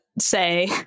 say